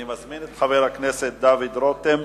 אני מזמין את חבר הכנסת דוד רותם,